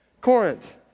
Corinth